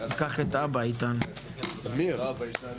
ננעלה בשעה